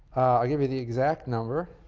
i'll give you the exact number